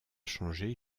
changer